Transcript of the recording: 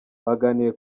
baganiriye